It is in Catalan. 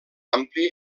ampli